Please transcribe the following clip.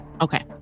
okay